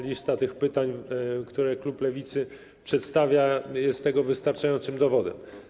Lista pytań, które klub Lewicy przedstawia, jest tego wystarczającym dowodem.